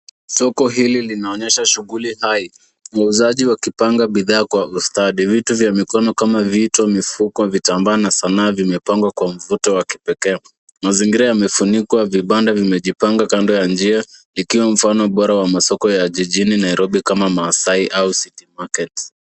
Soko hili linaonyesha shughuli hai. Wauzaji wakipanga bidhaa kwa ustadi. Vitu vya mikono kama vito, mifuko, vitambaa na sanaa vimepangwa kwa mvuto wa kipekee. Mazingira yamefunikwa , vibanda vimejipanga kando ya njia, ikiwa mfano bora wa masoko ya jijini Nairobi kama Maasai au City market .